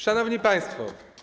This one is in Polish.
Szanowni Państwo!